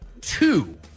two